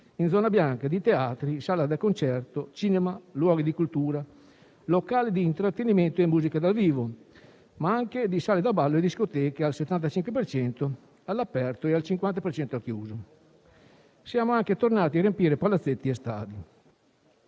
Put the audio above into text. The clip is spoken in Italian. in zona bianca, di teatri, sale da concerto, cinema, luoghi di cultura, locali di intrattenimento e musica dal vivo, ma anche di sale da ballo e discoteche, al 75 per cento all'aperto e al 50 per cento al chiuso, e siamo anche tornati a riempire palazzetti e stadi.